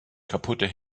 kaputte